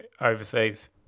overseas